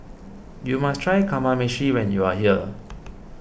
you must try Kamameshi when you are here